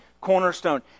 cornerstone